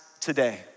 today